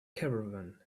caravan